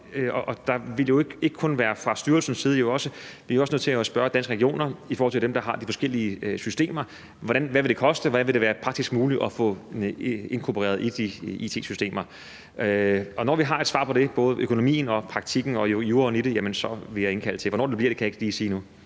og det er ikke kun styrelsen, det handler om, for vi er også nødt til at spørge Danske Regioner, for det er dem, der har de forskellige systemer, hvad det vil koste, hvordan det vil være praktisk muligt at få det inkorporeret i de it-systemer. Og når vi har et svar på både økonomien og praktikken og juraen i det, vil jeg indkalde til møder. Hvornår det bliver, kan jeg ikke sige lige nu.